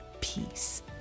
Peace